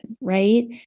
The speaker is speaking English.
right